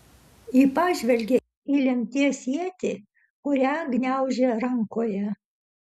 ji pažvelgė į lemties ietį kurią gniaužė rankoje